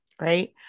right